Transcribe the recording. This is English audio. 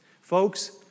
Folks